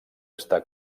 està